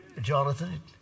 Jonathan